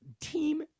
team